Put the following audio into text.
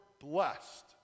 blessed